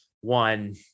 one